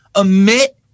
emit